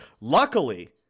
luckily